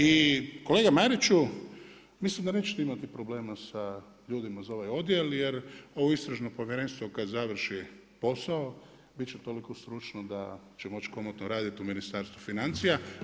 I kolega Mariću, mislim da nećete imati problema sa ljudima za ovaj odjel, jer ovo istražno povjerenstvo, kad završi posao biti će toliko stručno, da će moći komotno raditi u Ministarstvu financija.